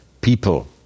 people